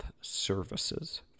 services